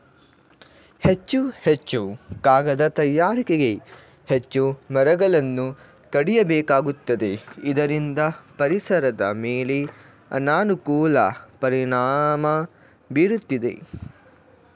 ಹೆಚ್ಚು ಹೆಚ್ಚು ಕಾಗದ ತಯಾರಿಕೆಗೆ ಹೆಚ್ಚು ಮರಗಳನ್ನು ಕಡಿಯಬೇಕಾಗುತ್ತದೆ ಇದರಿಂದ ಪರಿಸರದ ಮೇಲೆ ಅನಾನುಕೂಲ ಪರಿಣಾಮ ಬೀರುತ್ತಿದೆ